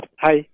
Hi